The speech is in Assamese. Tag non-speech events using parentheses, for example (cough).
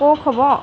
(unintelligible) হ'ব